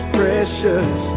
precious